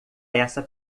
essa